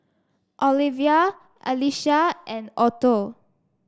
Olevia Alycia and Otto